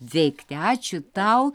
veikti ačiū tau